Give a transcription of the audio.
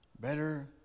better